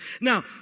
Now